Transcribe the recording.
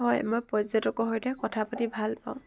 হয় মই পৰ্যটকৰ সৈতে কথা পাতি ভাল পাওঁ